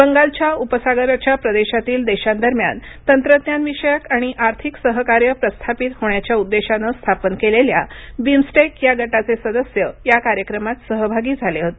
बंगालच्या उपसागराच्या प्रदेशातील देशांदरम्यान तंत्रज्ञानविषयक आणि आर्थिक सहकार्य प्रस्थापित होण्याच्या उद्देशान स्थापन केलेल्या बिमस्टेक या गटाचे सदस्य या कार्यक्रमात सहभागी झाले होते